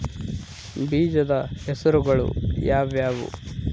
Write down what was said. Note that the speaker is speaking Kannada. ಬೇಜದ ಹೆಸರುಗಳು ಯಾವ್ಯಾವು?